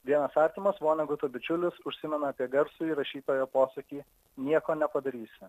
vienas artimas voneguto bičiulis užsimena apie garsųjį rašytojo posakį nieko nepadarysi